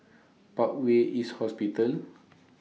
Parkway East Hospital